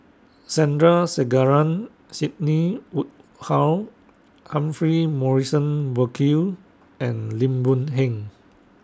Sandrasegaran Sidney Woodhull Humphrey Morrison Burkill and Lim Boon Heng